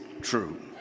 true